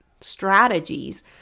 strategies